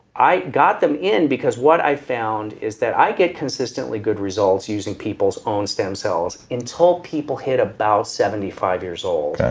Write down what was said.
i got them in because what i found is that i get consistently good results using people's own stem cells until people hit about seventy five years old.